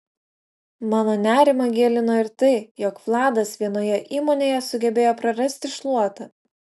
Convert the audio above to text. mano nerimą gilino ir tai jog vladas vienoje įmonėje sugebėjo prarasti šluotą